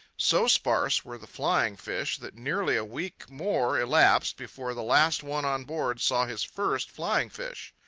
so sparse were the flying fish that nearly a week more elapsed before the last one on board saw his first flying fish.